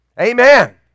Amen